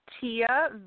Tia